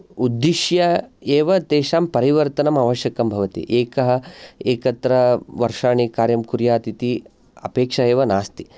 उद्दिश्य एव तेषां परिवर्तनं आवश्यकं भवति एकः एकत्र वर्षाणि कार्यं कुर्यात् इति अपेक्षा एव नास्ति